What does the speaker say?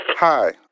Hi